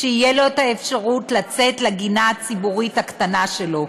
שתהיה לו אפשרות לצאת לגינה הציבורית הקטנה שלו,